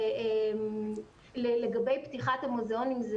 לגבי פתיחת המוזיאונים,